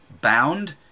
bound